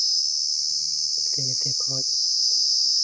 ᱦᱟᱱᱛᱮ ᱱᱷᱟᱛᱮ ᱠᱷᱚᱡ